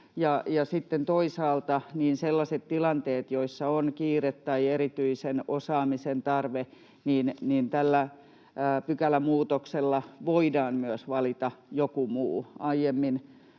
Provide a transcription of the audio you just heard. toisaalta sellaisissa tilanteissa, joissa on kiire tai erityisen osaamisen tarve, tällä pykälämuutoksella voidaan myös valita joku muu. Aiemmin